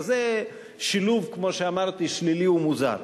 אז זה שילוב, כמו שאמרתי, שלילי ומוזר.